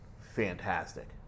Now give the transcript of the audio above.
fantastic